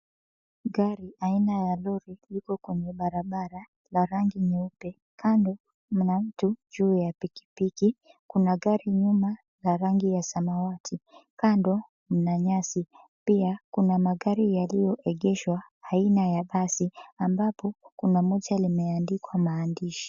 Garii aina ya lori liko kwenye barabara la rangi nyeupe, kando mna mtu juu ya pikipiki, kuna gari nyuma la rangi ya samawati kando mna nyasi pia kuna magari yaliyoegeshwa aina ya basi ambapo kuna moja limeandikwa maandishi.